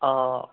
অঁ